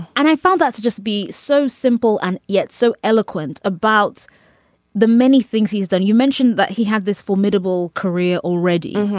and i found that to just be so simple and yet so eloquent about the many things he's done you mentioned that he had this formidable career already.